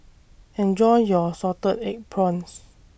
Enjoy your Salted Egg Prawns